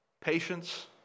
patience